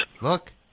Look